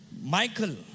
Michael